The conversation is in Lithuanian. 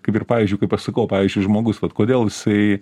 kaip ir pavyzdžiui kaip aš sakau pavyzdžiui žmogus vat kodėl jisai